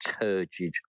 turgid